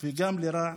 וגם לרע,